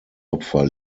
opfer